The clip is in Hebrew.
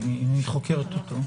לא?